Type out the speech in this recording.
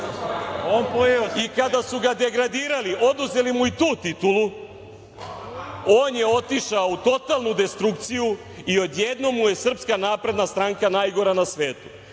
I kada su ga degradirali, oduzeli mu i tu titulu on je otišao u totalnu destrukciju i odjednom mu je SNS najgora na svetu. Ja